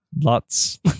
lots